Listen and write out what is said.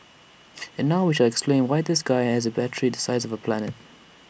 and now we shall explain why this guy has A battery the size of A planet